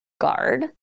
guard